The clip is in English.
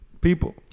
People